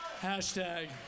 Hashtag